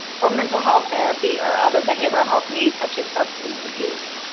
for mental health therapy or other behavioral health needs such as substance abuse.